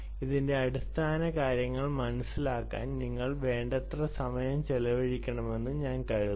ഇതിന്റെ അടിസ്ഥാനകാര്യങ്ങൾ മനസിലാക്കാൻ നിങ്ങൾ വേണ്ടത്ര സമയം ചെലവഴിക്കണമെന്ന് ഞാൻ കരുതുന്നു